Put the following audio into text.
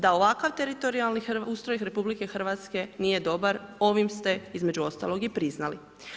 Da ovakav teritorijalni ustroj RH nije dobar ovim ste između ostaloga i priznali.